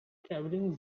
travelling